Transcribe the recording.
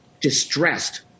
distressed